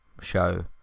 show